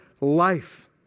life